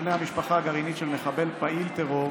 בני המשפחה הגרעינית של מחבל פעיל טרור,